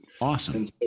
Awesome